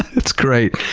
that's great.